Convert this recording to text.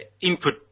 input